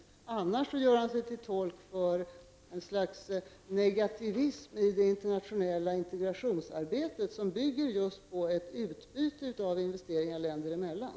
I annat fall gör han sig till tolk för ett slags negativism i det internationella integrationsarbetet som just bygger på ett utbyte av investeringar länder emellan.